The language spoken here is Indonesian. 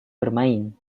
bermain